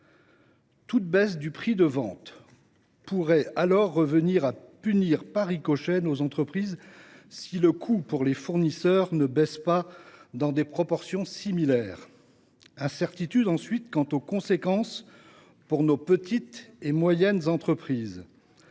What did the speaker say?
Toute baisse du prix de vente pourrait alors revenir à punir, par ricochet, nos entreprises si le coût pour les fournisseurs ne baisse pas dans des proportions similaires. Incertitude, ensuite, quant aux conséquences pour nos petites et moyennes entreprises.